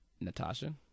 Natasha